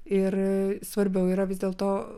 ir svarbiau yra vis dėlto